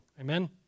Amen